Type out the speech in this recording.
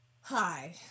Hi